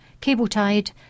cable-tied